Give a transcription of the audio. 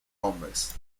hombres